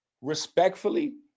Respectfully